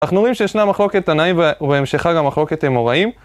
אנחנו רואים שישנה מחלוקת תנאים ובהמשך גם מחלוקת האמוראים.